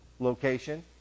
location